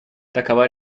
такова